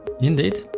Indeed